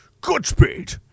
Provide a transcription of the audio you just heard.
Goodspeed